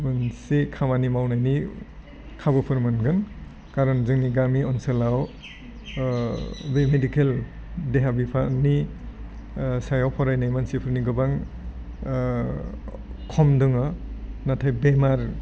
मोनसे खामानि मावनायनि खाबुफोर मोनगोन कारन जोंनि गामि अनसोलाव बे मेडिकेल देहा बिफाननि सायाव फरायनाय मानसिफोरनि गोबां खम दङो नाथाय बेमार